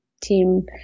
team